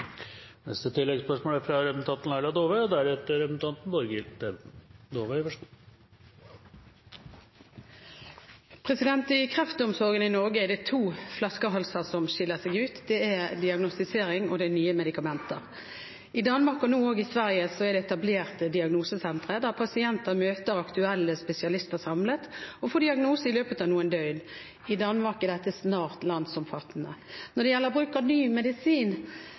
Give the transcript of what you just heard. to flaskehalser som skiller seg ut: Det er diagnostisering, og det er nye medikamenter. I Danmark, og nå også i Sverige, er det etablert diagnosesentre der pasienter møter aktuelle spesialister samlet og får diagnose i løpet av noen døgn. I Danmark er dette snart landsomfattende. Når det gjelder bruk av ny medisin,